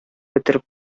бетереп